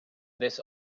this